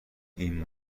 این